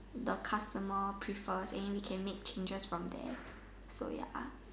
the customer prefer and we then we can make changes from there